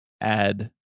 add